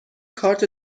کارت